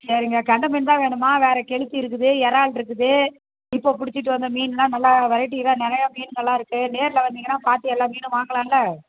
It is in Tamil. சரிங்க கெண்டை மீன் தான் வேணுமா வேறு கெளுத்தி இருக்குது இறால்ருக்குது இப்போ பிடிச்சிட்டு வந்த மீன்லாம் நல்லா வெரைட்டி இதாக நல்லா நிறையா மீனுங்கலாம் இருக்கு நேரில் வந்திங்கன்னா பார்த்து எல்லாம் மீனும் வாங்கலான்ல